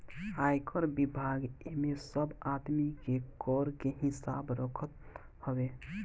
आयकर विभाग एमे सब आदमी के कर के हिसाब रखत हवे